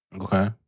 Okay